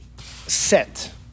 set